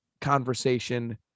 conversation